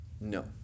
No